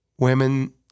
Women